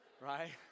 Right